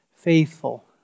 Faithful